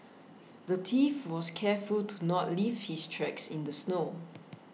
the thief was careful to not leave his tracks in the snow